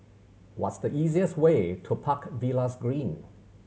what's the easiest way to Park Villas Green